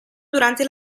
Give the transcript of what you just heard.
durante